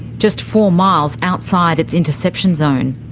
just four miles outside its interception zone.